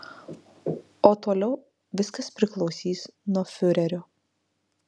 o toliau viskas priklausys nuo fiurerio